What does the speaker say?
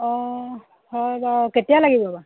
অঁ হয় বাৰু কেতিয়া লাগিব বাৰু